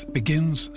begins